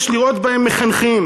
יש לראות בהם מחנכים,